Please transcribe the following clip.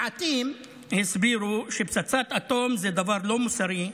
מעטים הסבירו שפצצת אטום זה דבר לא מוסרי,